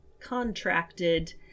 contracted